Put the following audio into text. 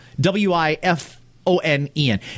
W-I-F-O-N-E-N